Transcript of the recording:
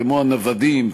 כמו הנוודים,